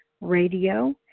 radio